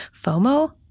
FOMO